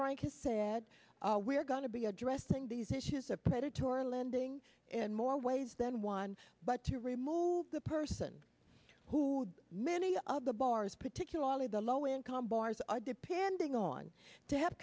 frank has said we're going to be addressing these issues of predatory lending and more ways than one but to remove the person who many of the bars particularly the low income borrowers are depending on to have